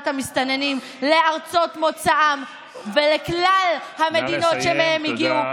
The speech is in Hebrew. המסתננים לארצות מוצאם ולכלל המדינות שמהן הגיעו.